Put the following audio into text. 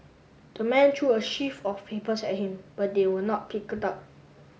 the man threw a sheaf of papers at him but they were not picked up